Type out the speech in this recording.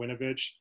Winovich